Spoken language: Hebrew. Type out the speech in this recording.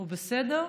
הוא בסדר?